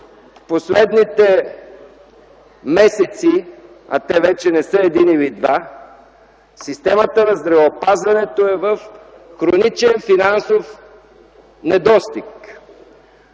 в последните месеци, а те вече не са един или два, системата на здравеопазването има хроничен финансов недостиг.